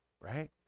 right